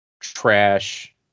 trash